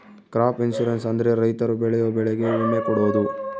crop insurance ಅಂದ್ರೆ ರೈತರು ಬೆಳೆಯೋ ಬೆಳೆಗೆ ವಿಮೆ ಕೊಡೋದು